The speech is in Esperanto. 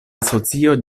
asocio